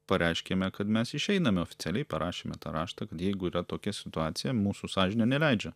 pareiškėme kad mes išeiname oficialiai parašėme tą raštą kad jeigu yra tokia situacija mūsų sąžinė neleidžia